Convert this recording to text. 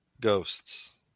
Ghosts